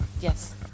yes